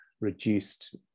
reduced